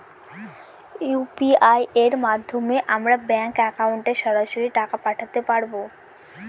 UPI এর মাধ্যমে আমরা ব্যাঙ্ক একাউন্টে সরাসরি টাকা পাঠাতে পারবো?